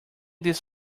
this